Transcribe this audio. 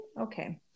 okay